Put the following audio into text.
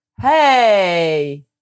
Hey